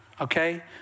Okay